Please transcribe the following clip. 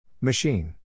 Machine